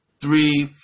three